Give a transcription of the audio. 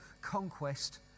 conquest